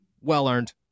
Well-earned